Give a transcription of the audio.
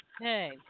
Hey